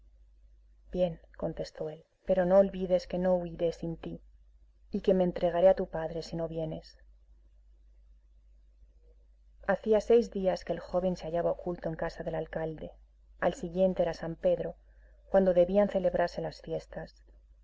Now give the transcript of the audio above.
bien contestó él pero no olvides que no huiré sin ti y que me entregaré a tu padre si no vienes hacía seis días que el joven se hallaba oculto en casa del alcalde al siguiente era san pedro cuando debían celebrarse las fiestas